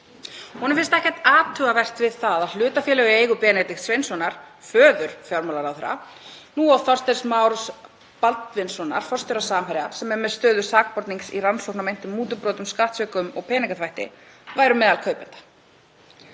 Honum finnst ekkert athugavert við það að hlutafélög í eigu Benedikts Sveinssonar, föður fjármálaráðherra, og Þorsteins Más Baldvinssonar, forstjóra Samherja, sem er með stöðu sakbornings í rannsókn á meintum mútubrotum, skattsvikum og peningaþvætti, séu meðal kaupenda.